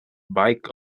bike